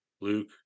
Luke